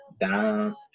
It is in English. Down